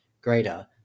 Greater